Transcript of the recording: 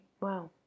Wow